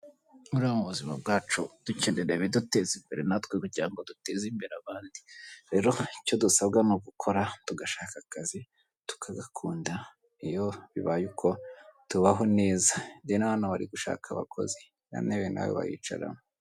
Muri ubu buzima bwacu dukenera ibiduteza imbere natwe kugira ngo duteze imbere abandi, rero icyo dusabwa ni ugukora tugashaka akazi tukagakunda iyo bibaye uko tubaho neza deni hano bari gushaka abakozi iriya ntebe nawe wayicaramo.